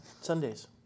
Sundays